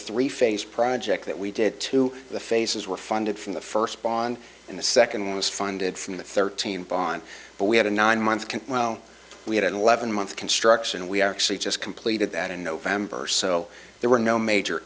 three phase project that we did to the faces were funded from the first bond and the second was funded from the thirteen bond but we had a nine month can well we had an eleven month construction and we actually just completed that in november so there were no major